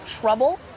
trouble